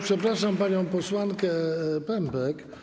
Przepraszam panią posłankę Pępek.